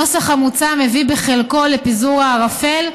הנוסח המוצע מביא בחלקו לפיזור הערפל,